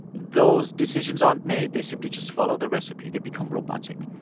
those decisions aren't made. they simply just follow the recipe. they become robotic.